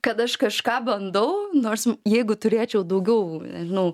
kad aš kažką bandau nors jeigu turėčiau daugiau nežinau